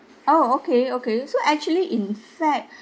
oh okay okay so actually in fact